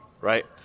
right